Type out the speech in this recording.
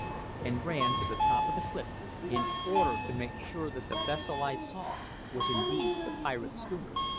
and ran to the top of the cliff in order to make sure that the vessel i saw was indeed the pirate schooner.